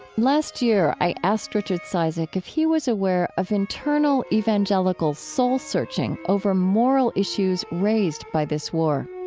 last year, i asked richard cizik if he was aware of internal evangelical soul-searching over moral issues raised by this war